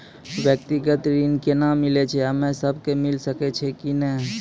व्यक्तिगत ऋण केना मिलै छै, हम्मे सब कऽ मिल सकै छै कि नै?